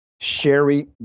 Sherry